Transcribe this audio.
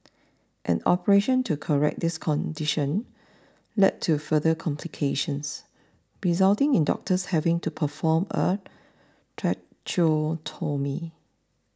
an operation to correct this condition led to further complications resulting in doctors having to perform a tracheotomy